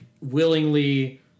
willingly